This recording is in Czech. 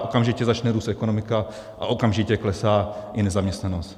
Okamžitě začne růst ekonomika a okamžitě klesá i nezaměstnanost.